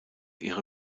ihre